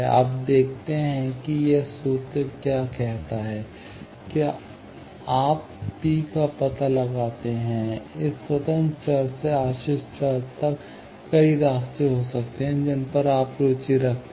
आप देखते हैं कि यह सूत्र क्या कहता है कि आप पी का पता लगाते हैं इस स्वतंत्र चर से आश्रित चर तक कई रास्ते हो सकते हैं जिन पर आप रुचि रखते हैं